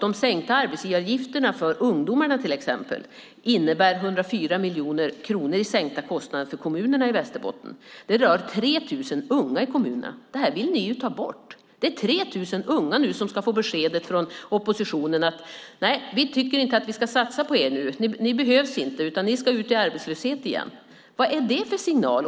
De sänkta arbetsgivaravgifterna för ungdomar innebär 104 miljoner kronor i sänkta kostnader för kommunerna i Västerbotten. Det rör 3 000 unga i kommunen. Detta vill ni ju ta bort! Det är alltså 3 000 unga som ska få besked av oppositionen att man inte ska satsa på dem: De behövs inte utan ska ut i arbetslöshet igen! Vad är det för signal?